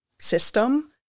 System